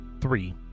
Three